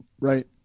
Right